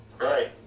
Right